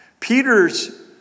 Peter's